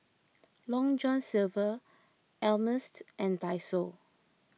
Long John Silver Ameltz and Daiso